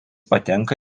patenka